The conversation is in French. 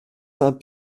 saint